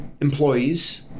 employees